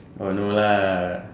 oh no lah